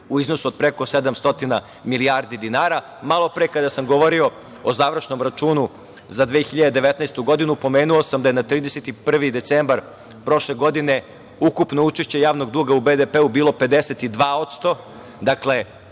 u iznosu od preko 700 milijardi dinara. Kada sam govorio malopre o završnom računu za 2019. godinu, pomenuo sam da je na 31. decembar prošle godine ukupno učešće javnog duga u BDP bilo 52%. Dakle,